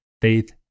faith